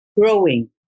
growing